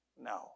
No